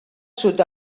sud